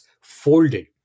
folded